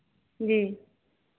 जी